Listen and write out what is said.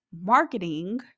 marketing